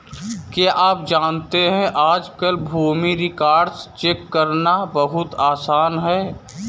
क्या आप जानते है आज कल भूमि रिकार्ड्स चेक करना बहुत आसान है?